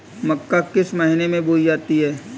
मक्का किस महीने में बोई जाती है?